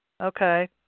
Okay